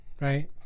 right